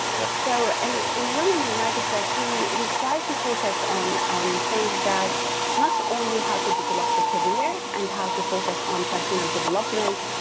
yeah so and in in women in microsoft we we try to focus on on things that not so only how to develop the career and how to focus on personal development.